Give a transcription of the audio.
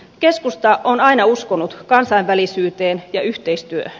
keskusta on aina uskonut kansainvälisyyteen ja yhteistyöhön